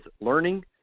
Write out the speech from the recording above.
learning